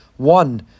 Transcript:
One